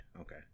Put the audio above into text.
okay